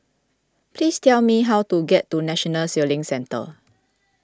please tell me how to get to National Sailing Centre